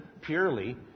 purely